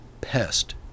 pest